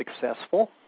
successful